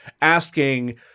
asking